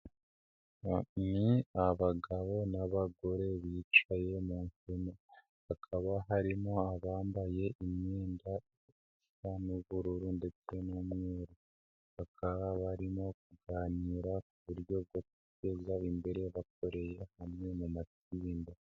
Ni abagabo n'abagore bicaye mu ihema. Hakaba harimo abambaye imyenda isa n'ubururu ndetse n'umweru. Bakaba barimo kuganira ku buryo bwo guteza imbere bakorera hamwe mu matsinda.